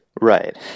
Right